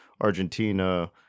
Argentina